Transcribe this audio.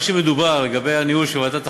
כן, אז מה שמדובר לגבי ניהול ועדת החריגים,